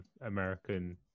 American